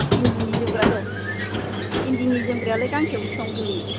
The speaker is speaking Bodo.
इन्दिनि जोमग्रा दं इन्दिनि जोमग्रायालाय गांसेयाव बेसेबां गोलैयो